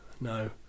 no